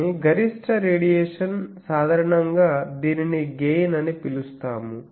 కాని గరిష్ట రేడియేషన్ సాధారణంగా దీనిని గెయిన్ అని పిలుస్తాము